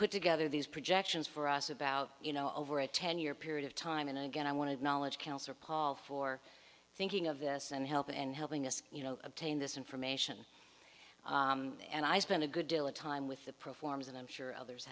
put together these projections for us about you know over a ten year period of time and again i wanted knowledge counsellor paul for thinking of this and help in helping us you know obtain this information and i spent a good deal of time with the pro forms and i'm sure others